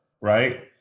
Right